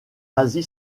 asie